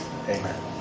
Amen